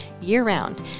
year-round